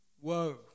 Whoa